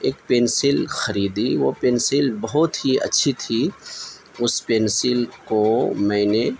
ایک پنسل خریدی وہ پنسل بہت ہی اچھی تھی اس پنسل کو میں نے